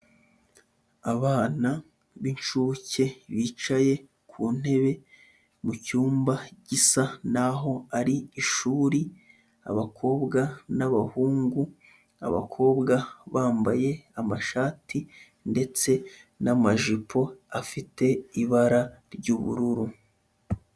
Abana b'inshuke bicaye ku ntebe mu cyumba gisa naho ari ishuri, abakobwa n'abahungu, abakobwa bambaye amashati ndetse n'amajipo afite ibara ry'ubururu.